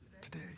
Today